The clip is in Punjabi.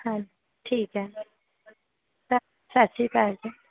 ਹਾਂਜੀ ਠੀਕ ਹੈ ਸ ਸਤਿ ਸ਼੍ਰੀ ਅਕਾਲ ਜੀ